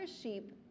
sheep